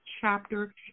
chapter